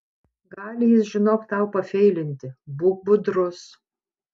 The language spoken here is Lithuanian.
gali jis žinok tau pafeilinti būk budrus